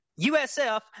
USF